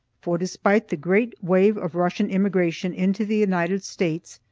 for, despite the great wave of russian immigration into the united states,